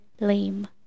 lame